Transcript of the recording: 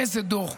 איזה דור.